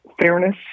fairness